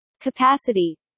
Capacity